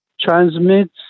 transmits